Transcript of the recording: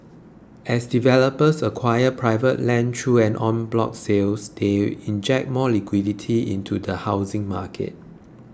as developers acquire private land through en bloc sales they inject more liquidity into the housing market